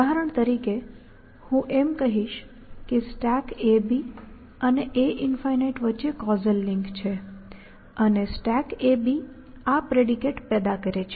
ઉદાહરણ તરીકે હું એમ કહીશ કે StackAB અને a∞ વચ્ચે કૉઝલ લિંક છે અને StackAB આ પ્રેડિકેટ પેદા કરે છે